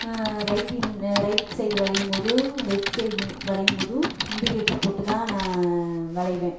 right in right side வளையும்போதும் left side வளையும்போதும் indicator போட்டு தான் நான் வளைவேன்